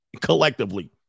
collectively